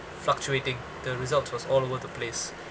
fluctuating the result was all over the place